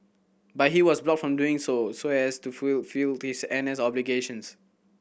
but he was blocked from doing so as to fulfilled his N S obligations